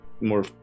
more